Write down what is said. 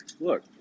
look